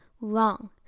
wrong